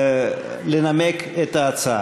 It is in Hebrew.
לנמק את ההצעה.